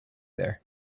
there